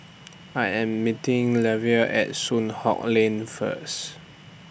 I Am meeting At Soon Hock Lane First